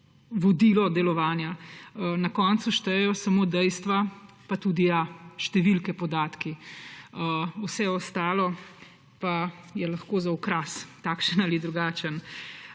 vodilo delovanja. Na koncu štejejo samo dejstva, pa tudi ja, številke, podatki, vse ostalo je lahko za okras, takšen ali drugačen.